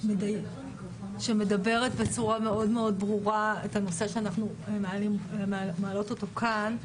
היא מדברת בצורה מאוד מאוד ברורה על הנושא שאנחנו מעלות כאן.